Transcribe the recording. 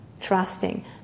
trusting